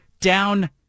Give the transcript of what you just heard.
Down